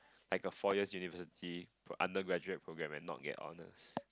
like a four years university for undergraduate programme and not get honours